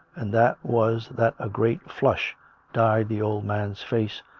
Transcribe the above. and that was that a great flush dyed the old man's face,